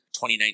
2019